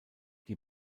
die